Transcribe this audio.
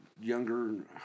younger